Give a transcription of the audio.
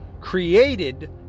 created